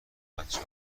بچه